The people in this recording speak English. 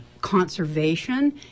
conservation